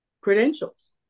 credentials